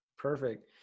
Perfect